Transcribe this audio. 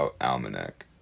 Almanac